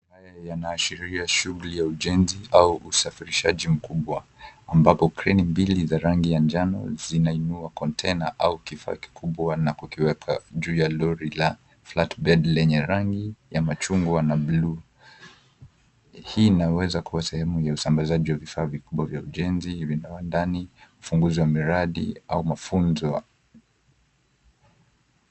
Mandhari haya yanaashiria shughuli ya ujenzi, au usafirishaji mkubwa. Ambapo kreni mbili za rangi ya njano zinainua kontena au kifaa kikubwa na kukiweka juu ya lori la flatbed lenye rangi ya machungwa na buluu. Hii inaweza kuwa sehemu ya usambazaji wa vifaa vikubwa vya ujenzi viwandani, ufunguzi wa miradi au mafunzo.